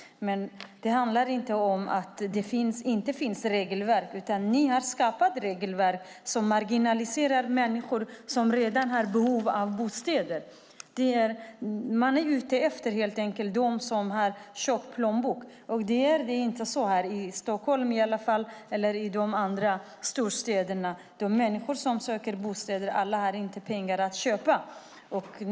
Men det handlar inte om att det inte finns regelverk. Ni har skapat regelverk som marginaliserar människor som har behov bostäder. Man är helt enkelt ute efter människor som har tjock plånbok. Alla människor som söker bostäder i Stockholm och i de andra storstäderna har inte pengar för att köpa en bostad.